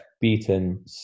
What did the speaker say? beaten